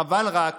חבל רק